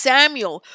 Samuel